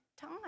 time